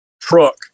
truck